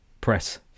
press